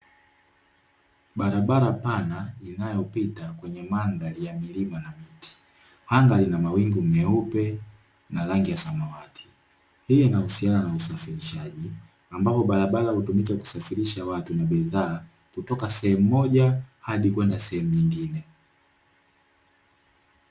Barabara pana inayopita kwenye mandhari ya milima na miti anga lina mawingu meupe na rangi ya samawati hii inahusiana na usafirishaji, ambapo barabara hutumika kusafirisha watu na bidhaa kutoka sehemu moja hadi kwenda sehemu nyingine.